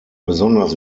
besonders